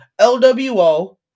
LWO